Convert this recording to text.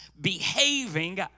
behaving